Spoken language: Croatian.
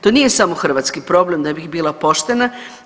To nije samo hrvatski problem da bih bila poštena.